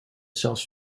zelfs